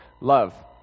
love